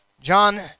John